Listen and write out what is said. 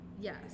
Yes